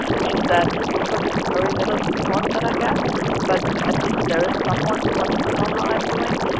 and she said of course it's very little support that i get but at least there is someone who wants to know how i am doing,